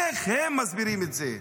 איך הם מסבירים את זה?